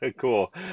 Cool